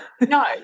No